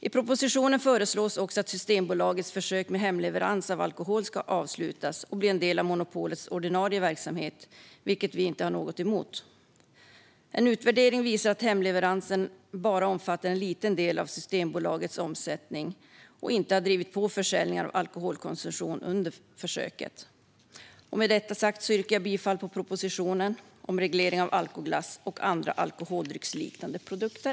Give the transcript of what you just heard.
I propositionen föreslås också att Systembolagets försök med hemleverans av alkohol ska avslutas och bli del av monopolets ordinarie verksamhet, vilket vi inte har något emot. En utvärdering har visat att hemleveranser bara omfattar en liten del av Systembolagets omsättning och inte har drivit på försäljning och alkoholkonsumtion under försöket. Med detta sagt yrkar jag bifall till propositionen om reglering av alkoglass och andra alkoholdrycksliknande produkter.